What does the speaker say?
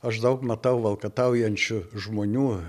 aš daug matau valkataujančių žmonių